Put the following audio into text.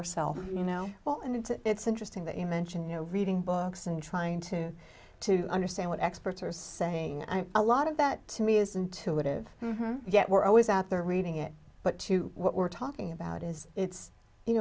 ourselves you know well and it's interesting that you mentioned you know reading books and trying to to understand what experts are saying a lot of that to me is intuitive yet we're always out there reading it but to what we're talking about is it's you